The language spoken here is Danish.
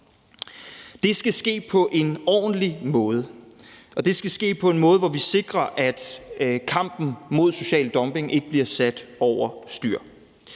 Det skal ske på en ordentlig måde. Det skal ske på en måde, hvor vi sikrer, at kampen mod social dumping ikke bliver sat over styr.